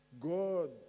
God